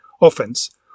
offense